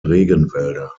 regenwälder